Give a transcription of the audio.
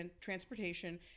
transportation